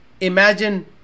imagine